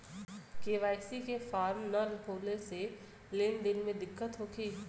KYC के form न होले से लेन देन में दिक्कत होखी?